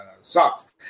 socks